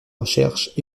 recherche